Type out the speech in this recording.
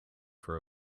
for